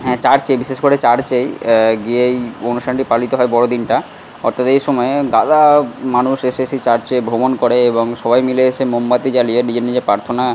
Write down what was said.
হ্যাঁ চার্চে বিশেষ করে চার্চে গিয়েই অনুষ্ঠানটি পালিত হয় বড়দিনটা অর্থাৎ এই সময়ে গাদা মানুষ এসে সেই চার্চে ভ্রমণ করে এবং সবাই মিলে এসে মোমবাতি জ্বালিয়ে নিজের নিজের প্রার্থনা